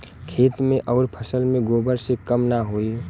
खेत मे अउर फसल मे गोबर से कम ना होई?